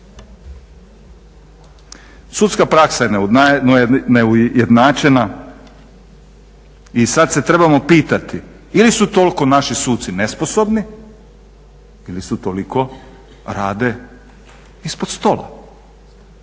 Sudska praksa je jedna od najneujednačena i sad se trebamo pitati ili su toliko naši suci nesposobni ili su toliko rade ispod stola.